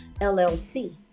LLC